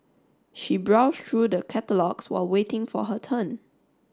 she browsed through the catalogues while waiting for her turn